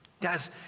Guys